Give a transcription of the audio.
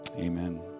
Amen